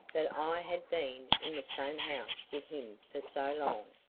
that i had been in the same house with him for so long,